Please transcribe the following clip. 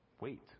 wait